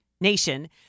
nation